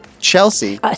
Chelsea